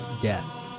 desk